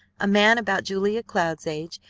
a man about julia cloud's age,